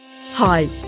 Hi